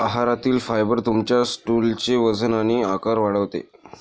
आहारातील फायबर तुमच्या स्टूलचे वजन आणि आकार वाढवते